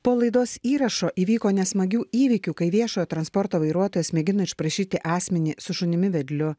po laidos įrašo įvyko ne smagių įvykių kai viešojo transporto vairuotojas mėgino išprašyti asmenį su šunimi vedliu